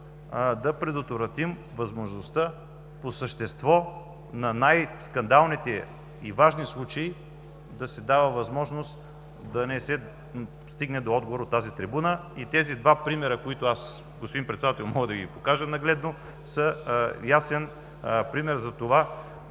да предотвратим възможността по същество на най-скандалните и важни случаи да се дава възможност да не се стигне до отговор от тази трибуна и тези два примера, които аз, господин Председател, мога да покажа нагледно, са ясен пример за не